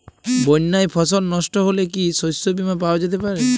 বন্যায় ফসল নস্ট হলে কি শস্য বীমা পাওয়া যেতে পারে?